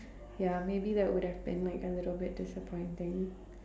ya maybe that would have been like a little bit disappointing